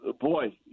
Boy